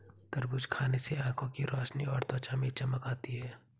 तरबूज खाने से आंखों की रोशनी और त्वचा में चमक आती है